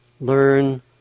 learn